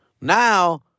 Now